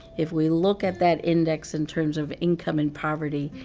if we look at that index in terms of income and poverty,